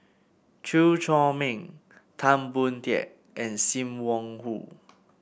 Chew Chor Meng Tan Boon Teik and Sim Wong Hoo